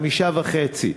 5.5 מיליון,